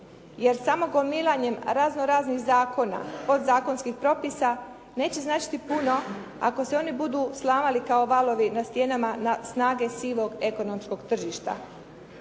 jer samo gomilanjem razno-raznih zakona, podzakonskih propisa, neće značiti puno ako se oni budu slamali kao valovi na stijenama snage sivog ekonomskog tržišta.